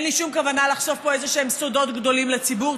אין לי שום כוונה לחשוף פה איזשהם סודות גדולים לציבור,